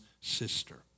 sister